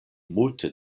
multe